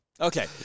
Okay